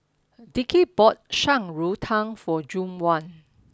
Dickie bought Shan Rui Tang for Juwan